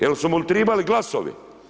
Jer su mu trebali glasovi.